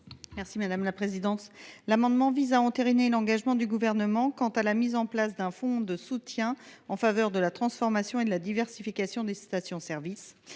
Mme Nadège Havet. Cet amendement vise à entériner l’engagement du Gouvernement quant à la mise en place d’un fonds de soutien à la transformation et à la diversification des stations service.